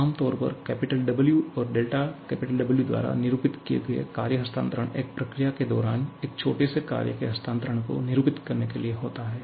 आमतौर पर 'W' और W द्वारा निरूपित किए गए कार्य हस्तांतरण एक प्रक्रिया के दौरान एक छोटे से कार्य के हस्तांतरण को निरूपित करने के लिए होता है